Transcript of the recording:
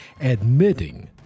admitting